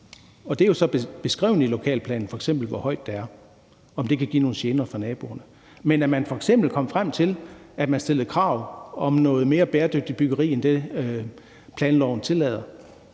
det er så beskrevet i lokalplanen, f.eks. hvor højt det er, og om det kan give nogle gener for naboerne. Men at man f.eks. kom frem til, at man stillede krav om noget mere bæredygtigt byggeri end det, planloven tillader,